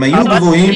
הם היו גבוהים.